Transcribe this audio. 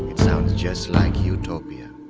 it sounds just like utopia.